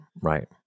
right